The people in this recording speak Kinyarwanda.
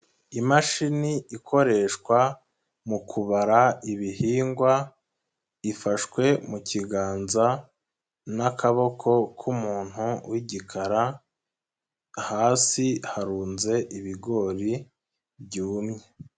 Imashini ikoreshwa mu kubara ibihingwa, ifashwe mu kiganza n'akaboko k'umuntu wigikara, hasi harunze ibigori byumye.